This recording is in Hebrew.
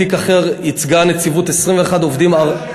בתיק אחר ייצגה הנציבות 21 עובדים ערבים,